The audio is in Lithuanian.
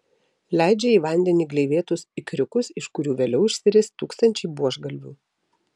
leidžia į vandenį gleivėtus ikriukus iš kurių vėliau išsiris tūkstančiai buožgalvių